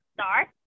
start